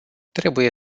trebuie